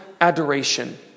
adoration